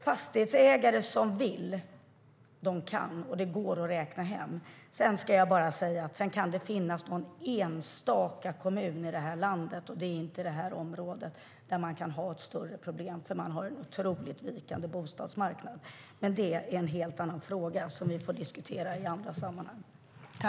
Fastighetsägare kan om de vill, och det går att räkna hem.